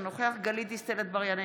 אינו נוכח גלית דיסטל אטבריאן,